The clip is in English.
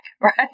right